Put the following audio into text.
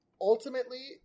ultimately